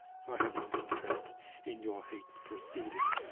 i have an interest in your hate's proceeding,